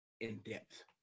in-depth